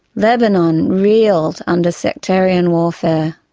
lebanon reeled under sectarian warfare.